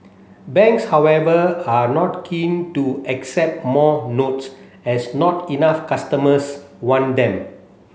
banks however are not keen to accept more notes as not enough customers want them